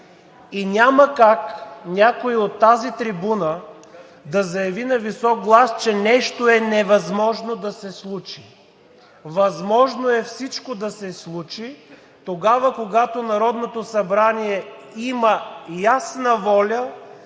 и няма как някой от тази трибуна да заяви на висок глас, че нещо е невъзможно да се случи. Възможно е всичко да се случи тогава, когато Народното събрание има ясна воля